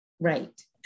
Right